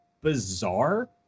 bizarre